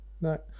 No